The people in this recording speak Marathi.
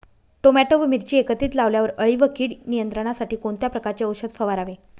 टोमॅटो व मिरची एकत्रित लावल्यावर अळी व कीड नियंत्रणासाठी कोणत्या प्रकारचे औषध फवारावे?